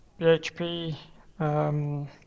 PHP